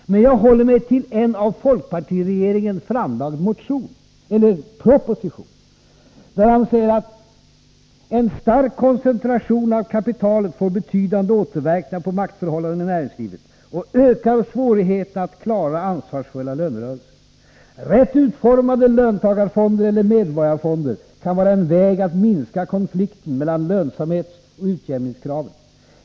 Men jag håller mig till en av folkpartiregeringen framlagd proposition, där man säger att ”en stark koncentration av kapitalet får betydande återverkningar på maktförhållandena i näringslivet och ökar svårigheterna att klara ansvarsfulla lönerörelser. Rätt utformade löntagarfonder eller medborgarfonder kan vara en väg att minska konflikten mellan lönsamhetsoch utjämningskraven.